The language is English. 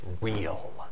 real